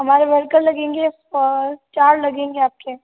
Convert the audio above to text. हमारे वर्कर लगेंगे और चार लगेंगे आपके